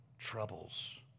troubles